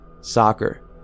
soccer